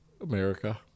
America